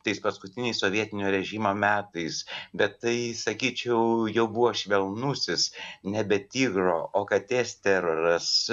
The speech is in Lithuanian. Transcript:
tais paskutiniais sovietinio režimo metais bet tai sakyčiau jau buvo švelnusis nebe tigro o katės teroras